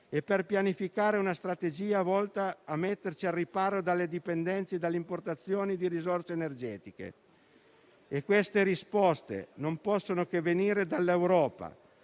e per pianificare una strategia volta a metterci al riparo dalle dipendenze e dalle importazioni di risorse energetiche. Queste risposte non possono che venire dall'Europa,